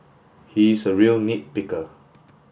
he is a real nit picker